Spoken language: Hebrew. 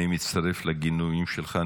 אני מצטרף לגינויים שלך.